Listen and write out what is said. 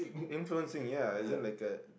influencing ya is it like a